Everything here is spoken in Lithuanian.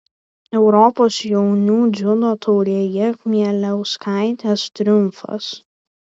europos jaunių dziudo taurėje kmieliauskaitės triumfas